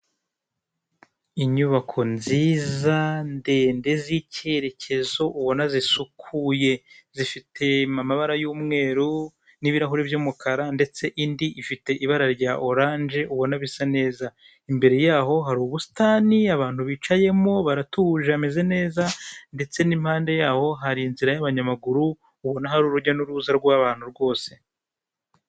Inyubako nziza ndende z'ikerekezo ubona zisukuye zifite amabara y'umweru n'ibirahure by'umukara ndetse indi ifite ibara rya orange ubona bisa neza imbere yaho hari ubusitani abantu bicayemo baratuje bameze neza, ndetse n'impande yabo hari inzira y'abanyamaguru ubona hari urujya n'uruza rw'abantu rwose.